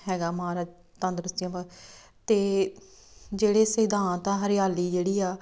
ਹੈਗਾ ਮਹਾਰਾਜ ਤੰਦਰੁਸਤੀਆਂ ਬਾ ਅਤੇ ਜਿਹੜੇ ਸਿਧਾਂਤ ਆ ਹਰਿਆਲੀ ਜਿਹੜੀ ਆ